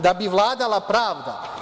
Da bi vladala pravda.